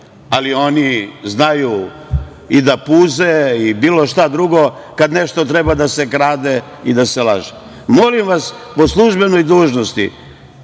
ali oni znaju i da puze i bilo šta drugo kada nešto treba da se krade i laže. Molim vas po službenoj dužnosti,